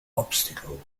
obstacles